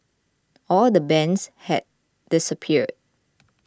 all the bands had disappeared